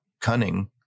cunning